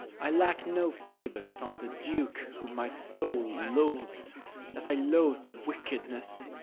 i lack no favours from the duke, whom my soul loathes as i loathe wickedness,